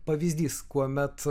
pavyzdys kuomet